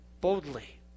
boldly